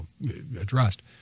addressed